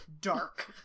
dark